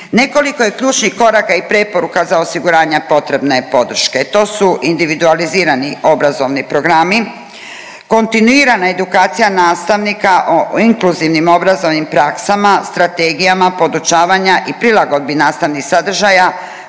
Nekoliko je ključnih koraka i preporuka za osiguranja potrebne podrške, to su individualizirani obrazovni programi, kontinuirana edukacija nastavnika o inkluzivnim obrazovnim praksama, strategijama, podučavanja i prilagodbi nastavnih sadržaja,